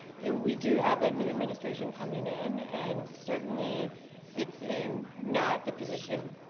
you know we do have a new administration coming in and certainly it's not the position